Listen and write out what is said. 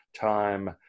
time